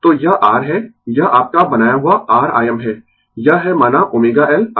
तो यह R है यह आपका बनाया हुआ R Im है यह है माना ω L Im